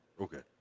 Okay